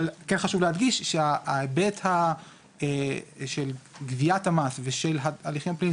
אבל כן חשוב להדגיש שההיבט של גביית המס ושל ההליכים הפליליים,